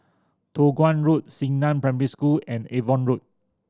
Toh Guan Road Xingnan Primary School and Avon Road